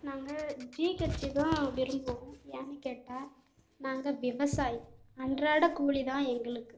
நாங்கள் G HC தான் விரும்புவோம் ஏன்னு கேட்டால் நாங்கள் விவசாயி அன்றாட கூலி தான் எங்களுக்கு